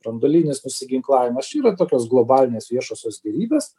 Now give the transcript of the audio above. branduolinis nusiginklavimas čia yra tokios globalinės viešosios gėrybės